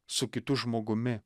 su kitu žmogumi